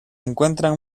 encuentran